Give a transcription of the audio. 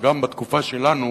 שגם בתקופה שלנו